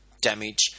damage